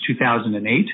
2008